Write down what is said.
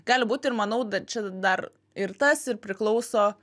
gali būt ir manau čia dar ir tas ir priklauso